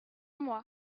mois